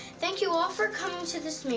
thank you all for coming to this